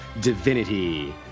Divinity